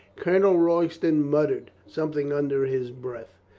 colonel royston muttered something under his breath.